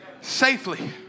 Safely